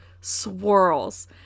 swirls